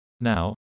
Now